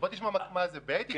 תשמע מה כתוב: בעת התפרצות,